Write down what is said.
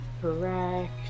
Correct